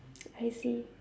I see